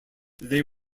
they